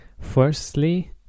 Firstly